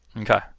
Okay